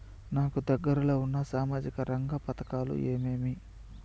నాకు దగ్గర లో ఉన్న సామాజిక రంగ పథకాలు ఏమేమీ?